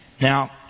Now